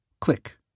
Click